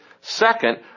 Second